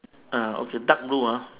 uh okay dark blue ah